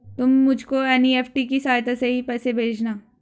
तुम मुझको एन.ई.एफ.टी की सहायता से ही पैसे भेजना